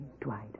Dwight